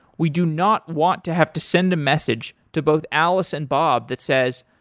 we do not want to have to send a message to both alice and bob that says,